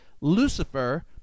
Lucifer